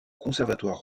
conservatoire